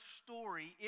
story